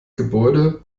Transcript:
gebäude